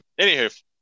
anywho